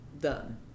done